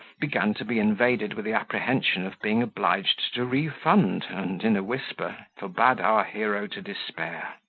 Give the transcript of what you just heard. began to be invaded with the apprehension of being obliged to refund, and in a whisper forbade our hero to despair.